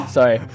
Sorry